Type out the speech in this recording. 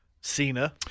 Cena